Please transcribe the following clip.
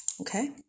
Okay